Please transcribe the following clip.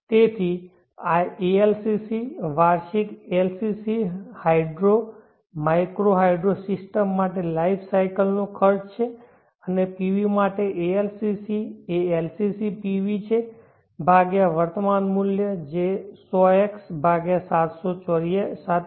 તેથી આ ALCC વાર્ષિક LCC hydro micro hydro system માટે લાઈફ સાયકલ નો ખર્ચ છે અને PV માટે ALCC એ LCC PV છે ભાગ્યા વર્તમાન મૂલ્ય જે 100x 7